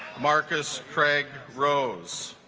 marcus craig rose